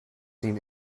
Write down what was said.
seem